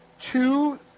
two